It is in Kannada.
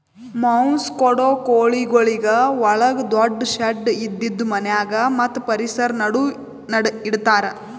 ಮಾಂಸ ಕೊಡೋ ಕೋಳಿಗೊಳಿಗ್ ಒಳಗ ದೊಡ್ಡು ಶೆಡ್ ಇದ್ದಿದು ಮನ್ಯಾಗ ಮತ್ತ್ ಪರಿಸರ ನಡು ಇಡತಾರ್